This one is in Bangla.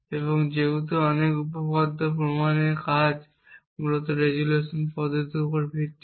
এবং যেহেতু অনেক উপপাদ্য প্রমাণের কাজ মূলত রেজোলিউশন পদ্ধতির উপর ভিত্তি করে